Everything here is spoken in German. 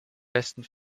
besten